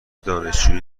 دانشجویی